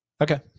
Okay